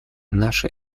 наша